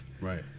right